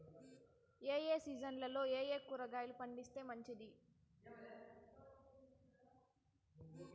ఏ సీజన్లలో ఏయే కూరగాయలు పండిస్తే మంచిది